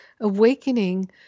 awakening